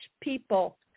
people